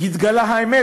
התגלתה האמת,